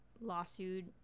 lawsuit